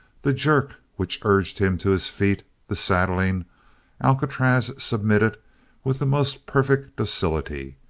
the jerk which urged him to his feet, the saddling alcatraz submitted with the most perfect docility.